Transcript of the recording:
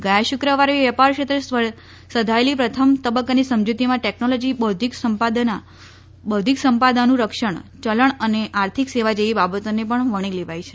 ગયા શુકવારે વેપારક્ષેત્રે સધાયેલી પ્રથમ તબક્કાની સમજૂતિમાં ટેકનોલોજી બોદ્વિક સંપદાનું રક્ષણ ચલણ અને આર્થિક સેવા જેવી બાબતોને પણ વણીલેવાઈ છે